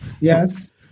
Yes